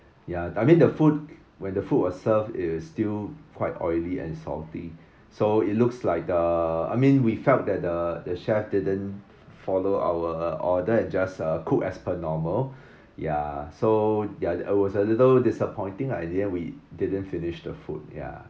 ya I mean the food when the food was served is still quite oily and salty so it looks like the I mean we felt that the the chef didn't follow our order it just uh cook as per normal ya so ya I was a little disappointing and then we didn't finish the food ya